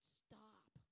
stop